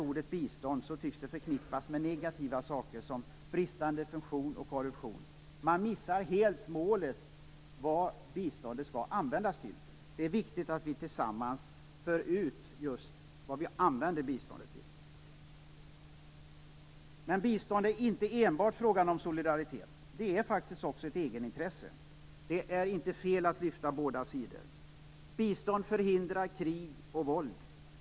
Ordet bistånd tycks vara förknippat med negativa saker som bristande funktion och korruption. Man missar helt målet för vad biståndet skall användas till. Det är viktigt att vi tillsammans för ut just vad vi använder biståndet till. Men bistånd är inte enbart en fråga om solidaritet, utan bistånd är faktiskt också en fråga om ett egenintresse. Det är inte fel att lyfta båda sidorna. Bistånd förhindrar krig och våld.